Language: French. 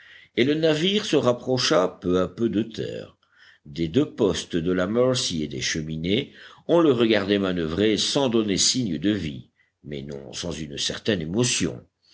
et le navire se rapprocha peu à peu de terre des deux postes de la mercy et des cheminées on le regardait manoeuvrer sans donner signe de vie mais non sans une certaine émotion